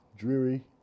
Dreary